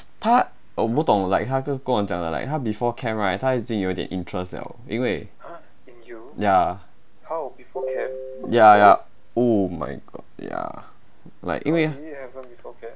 她我不懂 like 她就跟我讲 like 她 before camp right 她已经有点 interest liao 因为 ya ya ya oh my god ya like 因为